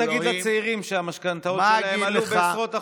מה תגיד לצעירים שהמשכנתאות שלהם עלו בעשרות אחוזים?